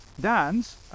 dance